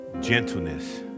gentleness